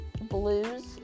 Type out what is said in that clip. blues